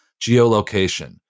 Geolocation